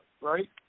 right